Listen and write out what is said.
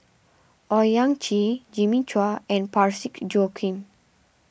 Owyang Chi Jimmy Chua and Parsick Joaquim